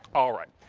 all right.